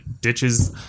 ditches